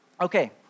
Okay